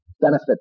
benefit